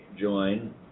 join